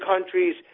countries